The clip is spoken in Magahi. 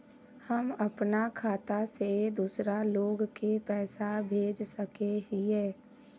हम अपना खाता से दूसरा लोग के पैसा भेज सके हिये?